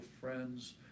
friends